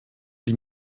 die